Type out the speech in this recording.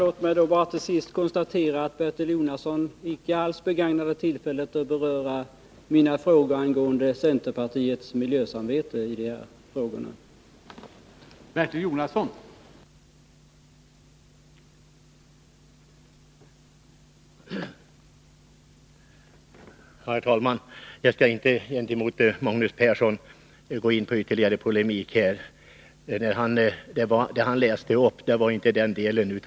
Låt mig bara konstatera att Martin Olsson gjorde klokt i att hoppa över frågan om maktkoncentrationen — jag tror att det var lugnast för Martin Olsson att göra detta.